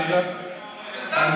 לא אנטישמיות, לא צריך להגזים.